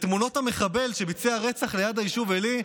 תמונות המחבל שביצע רצח ליד היישוב עלי,